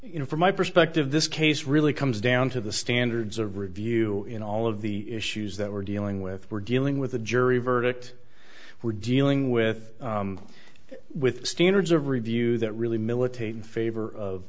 you know from my perspective this case really comes down to the standards of review in all of the issues that we're dealing with we're dealing with a jury verdict we're dealing with with standards of review that really militate in favor of